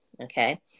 okay